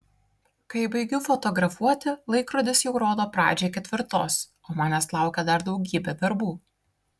kai baigiu fotografuoti laikrodis jau rodo pradžią ketvirtos o manęs laukia dar daugybė darbų